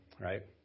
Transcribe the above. right